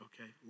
okay